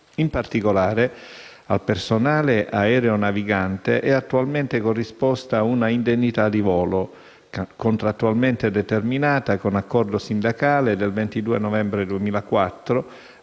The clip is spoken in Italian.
In particolare, al personale aeronavigante è attualmente corrisposta un'indennità di volo, contrattualmente determinata con accordo sindacale del 22 novembre 2004,